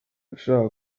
abashaka